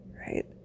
right